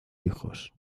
hijos